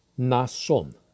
Nason